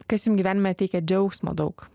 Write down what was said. kas jums gyvenim teikia džiaugsmo daug